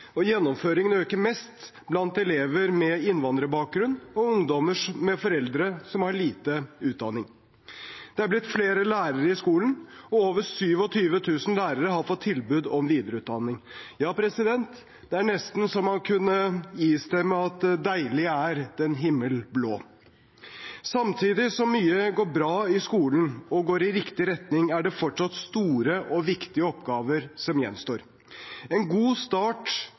og gjennomføringen øker mest blant elever med innvandrerbakgrunn og blant ungdommer med foreldre som har lite utdanning. Det er blitt flere lærere i skolen, og over 27 000 lærere har fått tilbud om videreutdanning. Ja, det er nesten så man kunne istemme «Deilig er den himmel blå». Samtidig som mye går bra i skolen, og går i riktig retning, er det fortsatt store og viktige oppgaver som gjenstår. En god start